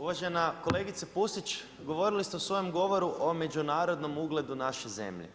Uvažena kolegice Pusić, govorili ste u svom govoru o međunarodnom ugledu naše zemlje,